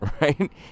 right